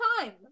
time